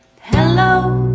Hello